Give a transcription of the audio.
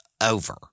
over